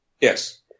Yes